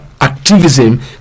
activism